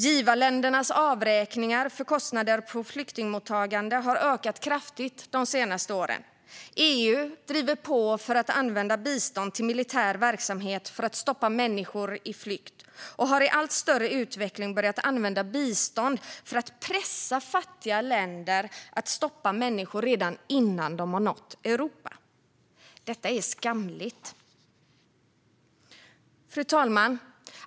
Givarländernas avräkningar för kostnader för flyktingmottagande har ökat kraftigt de senaste åren. EU driver på för att använda bistånd till militär verksamhet för att stoppa människor på flykt och har i allt större utsträckning börjat använda bistånd för att pressa fattiga länder att stoppa människor redan innan de har nått Europa. Detta är skamligt. Fru talman!